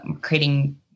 creating